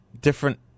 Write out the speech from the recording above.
different